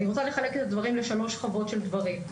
אני רוצה לחלק את הדברים לשלוש שכבות של דברים.